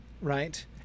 right